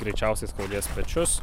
greičiausiai skaudės pečius